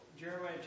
Jeremiah